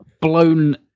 blown